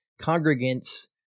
congregants